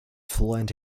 fluent